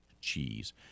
cheese